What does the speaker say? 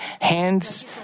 hands